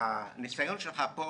הניסיון שלך פה